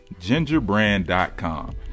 GingerBrand.com